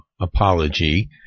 apology